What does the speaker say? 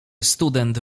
student